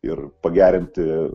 ir pagerinti